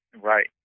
Right